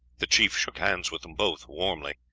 the chief shook hands with them both warmly,